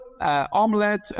omelette